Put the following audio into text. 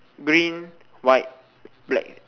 green white black